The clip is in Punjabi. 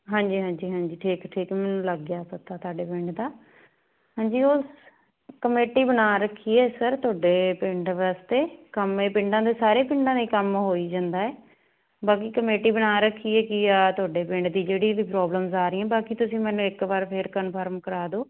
ਹਾਂਜੀ ਹਾਂਜੀ ਹਾਂਜੀ ਠੀਕ ਠੀਕ ਮੈਨੂੰ ਲੱਗ ਗਿਆ ਪਤਾ ਤੁਹਾਡੇ ਪਿੰਡ ਦਾ ਹਾਂਜੀ ਉਹ ਕਮੇਟੀ ਬਣਾ ਰੱਖੀ ਹੈ ਸਰ ਤੁਹਾਡੇ ਪਿੰਡ ਵਾਸਤੇ ਕੰਮ ਹੈ ਪਿੰਡਾਂ ਦੇ ਸਾਰੇ ਪਿੰਡਾਂ ਦੇ ਹੀ ਕੰਮ ਹੋਈ ਜਾਂਦਾ ਹੈ ਬਾਕੀ ਕਮੇਟੀ ਬਣਾ ਰੱਖੀ ਹੈ ਕਿ ਆਹ ਤੁਹਾਡੇ ਪਿੰਡ ਦੀ ਜਿਹੜੀ ਵੀ ਪ੍ਰੋਬਲਮਸ ਆ ਰਹੀ ਬਾਕੀ ਤੁਸੀਂ ਮੈਨੂੰ ਇੱਕ ਵਾਰ ਫਿਰ ਕਨਫਰਮ ਕਰਾ ਦਿਓ